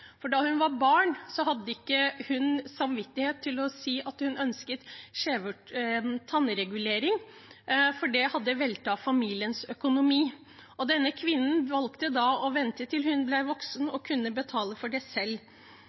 Da hun var barn, hadde hun ikke samvittighet til å si at hun ønsket tannregulering, for det hadde veltet familiens økonomi. Denne kvinnen valgte da å vente til hun ble voksen og kunne betale for det selv.